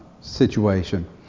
situation